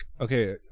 okay